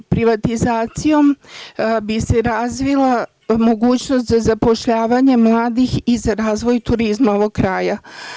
Privatizacijom bi se razvila mogućnost za zapošljavanje mladih i za razvoj turizma ovog kraja.